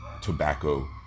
tobacco